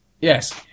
Yes